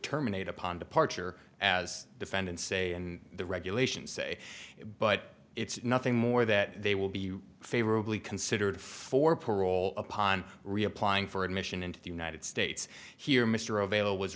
terminate upon departure as defendant say and the regulations say but it's nothing more that they will be favorably considered for parole upon re applying for admission into the united states here mr avail